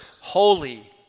holy